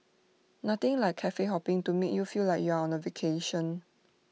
nothing like Cafe hopping to make you feel like you're on A vacation